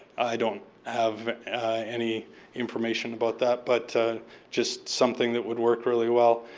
i don't have any information about that. but just something that would work really well.